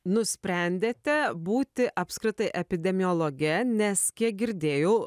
nusprendėte būti apskritai epidemiologe nes kiek girdėjau